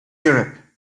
europe